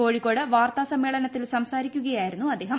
കോഴിക്കോട് വാർത്താ സമ്മേളനത്തിൽ സംസാരിക്കുകയായിരുന്നു അദ്ദേഹം